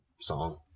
song